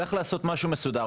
צריך לעשות משהו מסודר.